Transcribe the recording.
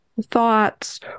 thoughts